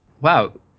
Wow